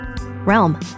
Realm